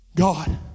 God